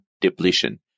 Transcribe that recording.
depletion